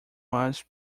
was